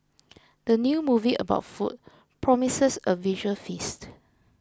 the new movie about food promises a visual feast